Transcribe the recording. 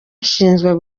nshinzwe